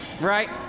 Right